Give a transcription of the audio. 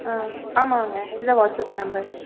ஆ ஆமாங்க இதுதான் WhatsApp number